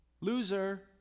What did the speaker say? Loser